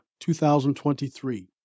2023